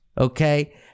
okay